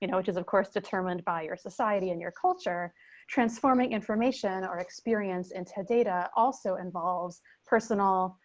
you know which is of course determined by your society and your culture transforming information or experience into data also involves personal,